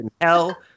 hell